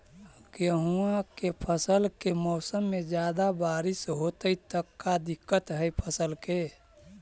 गेहुआ के फसल के मौसम में ज्यादा बारिश होतई त का दिक्कत हैं फसल के?